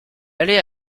allait